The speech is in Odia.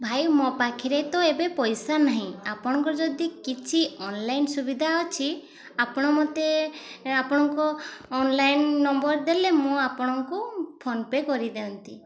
ଭାଇ ମୋ ପାଖରେ ତ ଏବେ ପଇସା ନାହିଁ ଆପଣଙ୍କର ଯଦି କିଛି ଅନ୍ଲାଇନ୍ ସୁବିଧା ଅଛି ଆପଣ ମତେ ଆପଣଙ୍କ ଅନ୍ଲାଇନ୍ ନମ୍ବର ଦେଲେ ମୁଁ ଆପଣଙ୍କୁ ଫୋନ୍ ପେ କରିଦିଅନ୍ତି